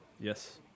yes